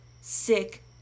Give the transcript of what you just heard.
sick